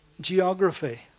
geography